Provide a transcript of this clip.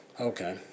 Okay